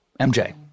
MJ